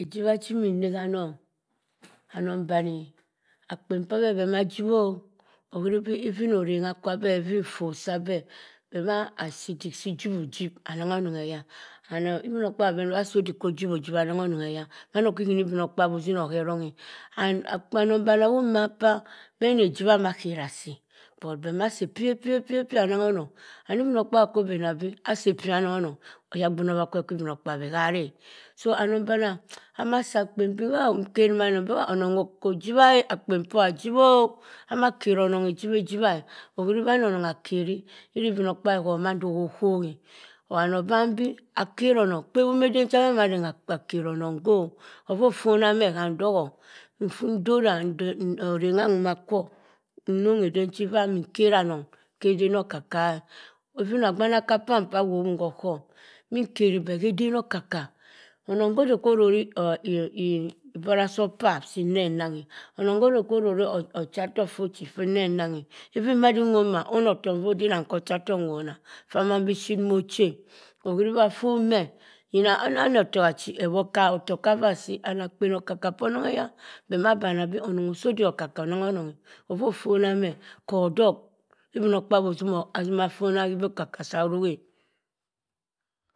Ijibah chimin nneh ha abung, anung bani akpen pah beh beh mah ijiwoh uhiribi even arengha kwa abeh oteri effor sabeh beh ma asi adik si ijiwo ujip unung oneng eya aneh obinokpabi obenbi osi udik kwu ujiwujip ujiwa nung eneng eyah mah wure obinokpabi utim o herenghe and akpa aneng bone ewop ma kpa ani ijiwah hakera asi but beh mah asi efiwa, epiwa, epiwa anung oneng and obinokpabi kuh obena beh asi epiwa abung onung oyigbin awakwe kwu obinokpa hah areh so anung buno amah asi akpen piwa nkerima onung koh ujibah akpen poh asiwo amakero onung ejiweh ejiwa uheri beh ana keri obinokpabi hoh man do hoh ohughe obano obanbi akero onung obano obanbi akero onung kpewem eden cha mah arengha akero oneng kwo afoh ofunameh akero oneng kwo afoh ofunameh handot ndora arengha wuma koh nun eden cha min kero oneng aka even ogbanaka kwam owonko okum min nkeri beh eden cha min kero oneng aka even ogbanaka kwam owonko okum min nkeri beh eden oko- kka onung koh odey kwo aroro ebari soh opap asi eneng nahe onung koh odey ororo ucha tokk fah asi eneng nang even ma- di nwon otokk foh odema koh otokk nwona koh odokk nwona beh ship muh isi uheri bah afun meh inah otokk achi owo okka oto ghana asi and akpan oko- kka kwo oneng eya beh mah baneh beh onong osi udik oko- kka onun onun afoh ofuna meh koh odok obinokpabi utimoh atima fona keh evi oko- kka sa rughu eh